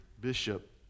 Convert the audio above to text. bishop